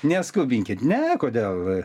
neskubinkit ne kodėl